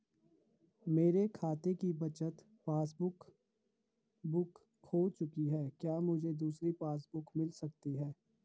मेरे खाते की बचत पासबुक बुक खो चुकी है क्या मुझे दूसरी पासबुक बुक मिल सकती है?